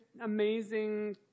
amazing